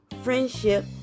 friendship